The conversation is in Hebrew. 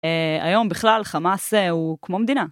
היום בכלל חמאס הוא כמו מדינה.